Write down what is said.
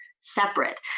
separate